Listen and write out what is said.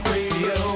Radio